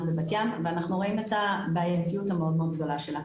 בבת ים ואנחנו רואים את הבעייתיות המאוד מאוד גדולה שלה.